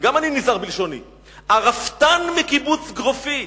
וגם אני נזהר בלשוני, הרפתן מקיבוץ גרופית,